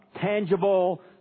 tangible